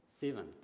Seven